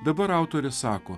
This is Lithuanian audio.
dabar autorė sako